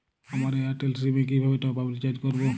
আমার Airtel SIM এ কিভাবে টপ আপ রিচার্জ করবো?